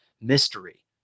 mystery